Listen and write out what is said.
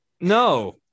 no